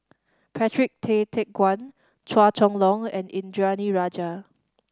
Patrick Tay Teck Guan Chua Chong Long and Indranee Rajah